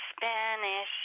Spanish